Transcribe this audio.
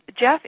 Jeff